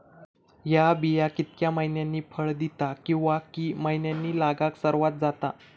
हया बिया कितक्या मैन्यानी फळ दिता कीवा की मैन्यानी लागाक सर्वात जाता?